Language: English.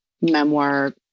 memoir